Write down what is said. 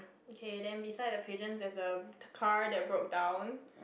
okay then beside the pigeon there's a car that broke down